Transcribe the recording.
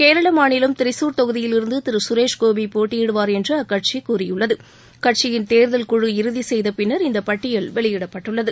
கேரள மாநிலம் திரிசூர் தொகுதியிலிருந்து திரு கசுரேஷ் கோபி போட்டியிடுவார் என்று அக்கட்சி கூறியுள்ளது கட்சியின் தேர்தல் குழு இறுதி செய்த பின்னர் இந்த பட்டியல் வெளியிடப்பட்டுள்ளது